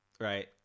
Right